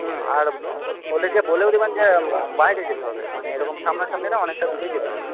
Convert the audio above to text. হুম আর ওদেরকে বলেও দেবেন যে বাইরে যেতে হবে মানে এরকম সামনাসামনি না অনেকটা দূরেই যেতে হবে